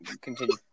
continue